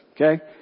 Okay